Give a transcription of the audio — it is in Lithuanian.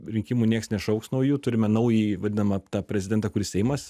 rinkimų nieks nešauks naujų turime naująjį vadinamą tą prezidentą kurį seimas